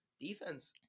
defense